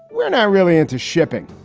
we're not really into shipping.